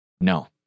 no